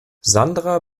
sandra